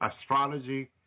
astrology